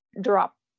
drop